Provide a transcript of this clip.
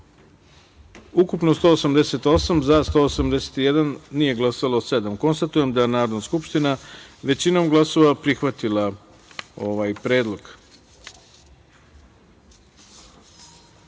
ukupno 188, za – 181, nije glasalo sedam. Konstatujem da je Narodna skupština većinom glasova prihvatila ovaj predlog. Pošto